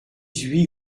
huit